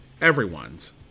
everyone's